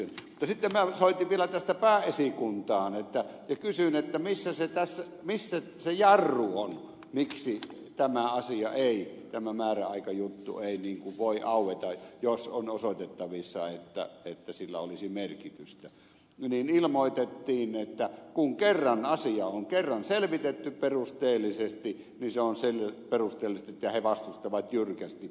mutta sitten minä soitin vielä tästä pääesikuntaan ja kysyin missä se jarru on miksi tämä määräaikajuttu ei voi aueta jos on osoitettavissa että sillä olisi merkitystä niin ilmoitettiin että kun kerran asia on kerran selvitetty perusteellisesti niin he vastustavat jyrkästi avaamista